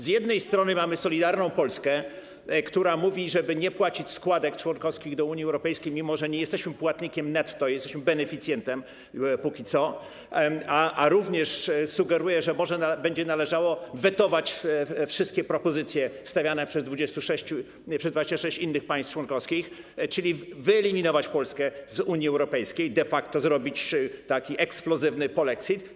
Z jednej strony mamy Solidarną Polskę, która mówi, żeby nie płacić składek członkowskich do Unii Europejskiej - mimo że nie jesteśmy płatnikiem netto, jesteśmy póki co beneficjentem - a również sugeruje, że może będzie należało wetować wszystkie propozycje stawiane przez 26 innych państw członkowskich, czyli wyeliminować Polskę z Unii Europejskiej, de facto zrobić taki eksplozywny polexit.